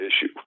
issue